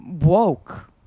woke